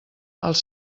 els